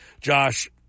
Josh